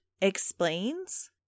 explains